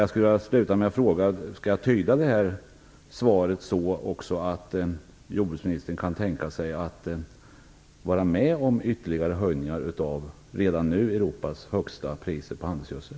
Jag skulle vilja sluta med att fråga om jag skall tyda svaret så att jordbruksministern kan tänka sig att vara med om ytterligare höjningar av det som redan nu är Europas högsta priser på handelsgödsel.